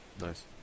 Nice